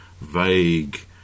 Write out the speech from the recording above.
vague